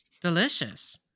delicious